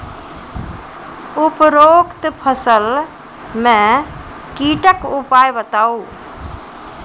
उपरोक्त फसल मे कीटक उपाय बताऊ?